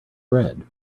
bread